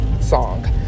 song